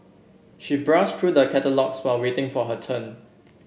she browsed through the catalogues while waiting for her turn